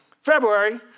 February